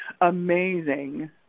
amazing